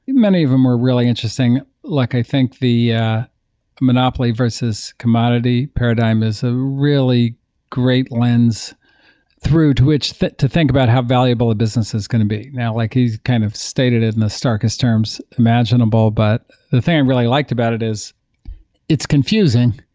many of them were really interesting. like i think the yeah monopoly versus commodity paradigm is a really great lens through to which that to think about how valuable a business is going to be. now like he's kind of stated in the starkest terms imaginable, but the thing and really liked about it is it's confusing,